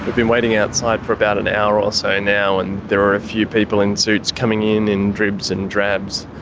been waiting outside for about an hour or so now and there are a few people in suits coming in in dribs and drabs.